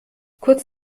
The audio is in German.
kurz